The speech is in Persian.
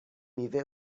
میوه